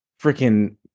freaking